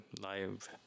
live